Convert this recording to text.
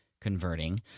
converting